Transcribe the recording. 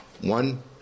One